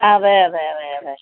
അതെ അതെ അതെ അതെ